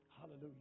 Hallelujah